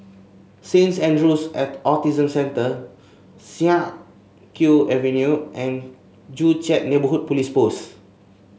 Saint Andrew's Autism Centre Siak Kew Avenue and Joo Chiat Neighbourhood Police Post